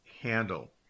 handle